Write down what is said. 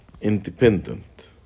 independent